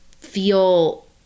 feel